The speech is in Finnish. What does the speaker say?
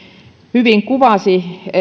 hyvin kuvasi